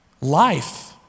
Life